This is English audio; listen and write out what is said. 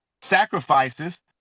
sacrifices